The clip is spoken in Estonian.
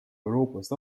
euroopast